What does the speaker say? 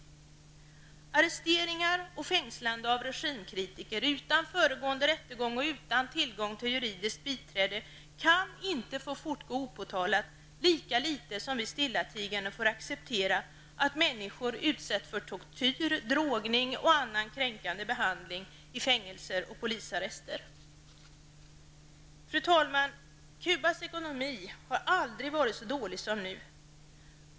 Arresteringar och fängslande av regimkritiker, utan föregående rättegång och utan tillgång till juridiskt biträde, kan inte få fortgå opåtalat, lika litet som vi stillatigande får acceptera att människor utsätts för tortyr, drogning och annan kränkande behandling i fängelser och polisarrester. Fru talman! Cubas ekonomi har aldrig varit så dålig som nu.